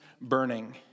burning